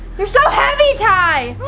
you're so heavy, ty!